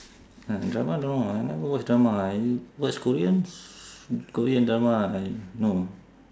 ah drama no I never watch drama I watch koreans korean drama I no